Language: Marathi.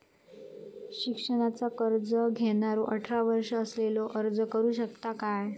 शिक्षणाचा कर्ज घेणारो अठरा वर्ष असलेलो अर्ज करू शकता काय?